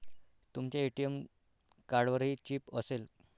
तुमच्या ए.टी.एम कार्डवरही चिप असेल